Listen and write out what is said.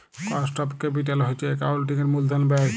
cost of capital হছে একাউল্টিংয়ের মূলধল ব্যায়